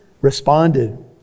responded